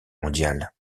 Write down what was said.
mondiale